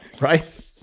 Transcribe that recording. Right